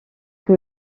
que